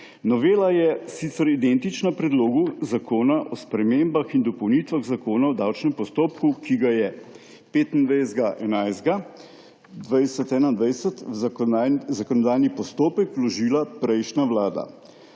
Novela je sicer identična Predlogu zakona o spremembah in dopolnitvah Zakona o davčnem postopku, ki ga je 25. 11. 2021 v zakonodajni postopek vložila prejšnja vlada.